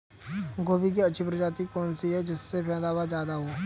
गोभी की अच्छी प्रजाति कौन सी है जिससे पैदावार ज्यादा हो?